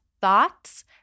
thoughts